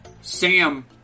Sam